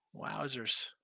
Wowzers